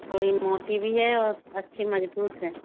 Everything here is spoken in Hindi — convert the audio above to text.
थोड़ी मोटी भी है और अच्छी मजबूत है